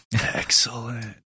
Excellent